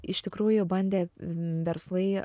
iš tikrųjų bandė verslai